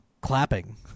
clapping